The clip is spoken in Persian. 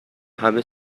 همه